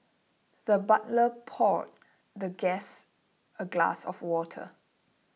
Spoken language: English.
the butler poured the guest a glass of water